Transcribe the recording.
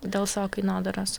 dėl savo kainodaros